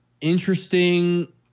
interesting